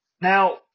Now